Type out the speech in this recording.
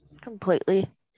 completely